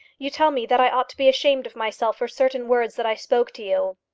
you tell me that i ought to be ashamed of myself for certain words that i spoke to you.